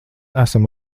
esam